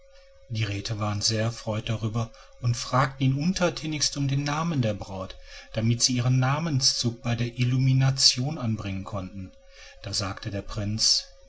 die räte waren sehr erfreut darüber und fragten ihn untertänigst um den namen der braut damit sie ihren namenszug bei der illumination anbringen könnten da sagte der prinz